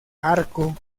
arco